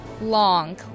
long